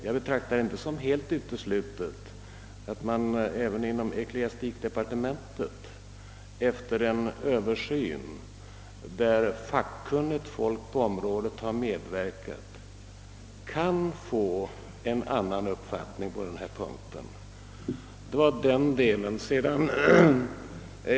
Jag betraktar det inte såsom helt uteslutet att man även inom ecklesiastikdepartementet efter en översyn, vid vilken fackkunnigt folk har medverkat, kan få en annan uppfattning på denna punkt.